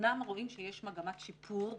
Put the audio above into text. אמנם רואים שיש מגמת שיפור,